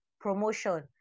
promotion